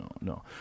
no